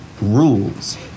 rules